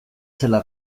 zela